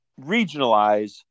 regionalize